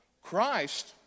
Christ